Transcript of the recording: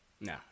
no